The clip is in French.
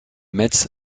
mets